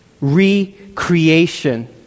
recreation